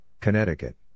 Connecticut